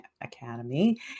Academy